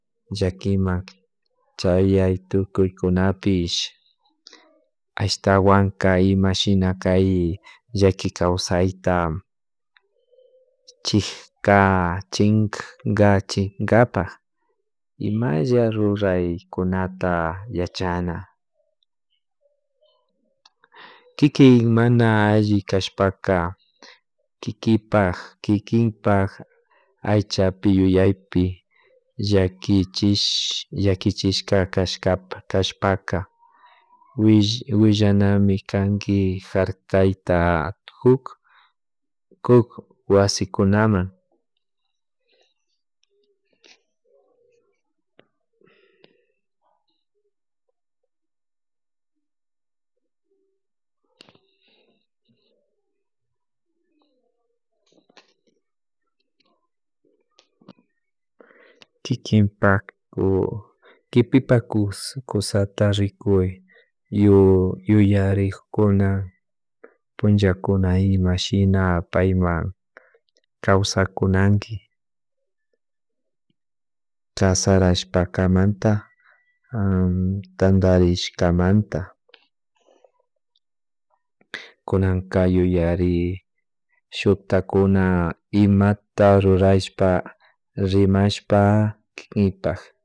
Llakiman chayay tukuykunapish ashtawanka ima shina kay llaki kawsayta chika chinkaka chinkapak imallay rruraykunata yachana, kikin mana alli kaspak kink kinkipak aychapi yuyaypi llakichish llakichashkapak cashpaka willa willanami kanki jarkayta kuk kuk wasikunaman kinkinpak ku kipipak ku kusata rikuy yu yuyarik kuna punllakuna ima shina payman kawsakunanki kasarashpash, tantarishkamanta, kuna ka yuyari shuktik kuna imata rrurashpa rimashpa kikinpak